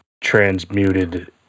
transmuted